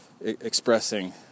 Expressing